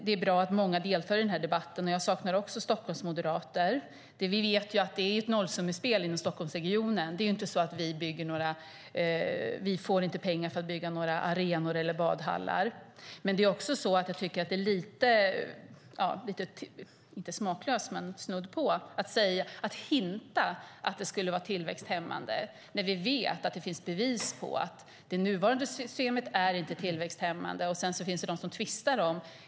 Det är bra att många deltar i denna debatt, men jag saknar också Stockholmsmoderater. Vi vet att det är ett nollsummespel i Stockholmsregionen. Vi får inte pengar till att bygga arenor eller simhallar. Det är också snudd på smaklöst att hinta att det skulle vara tillväxthämmande när det finns bevis på att det nuvarande systemet inte är tillväxthämmande.